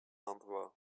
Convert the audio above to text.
answer